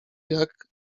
jak